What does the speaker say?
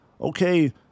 Okay